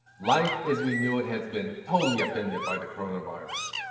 life as we knew it has been totally upended by the coronavirus.